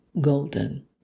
golden